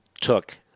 took